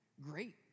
great